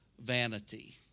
vanity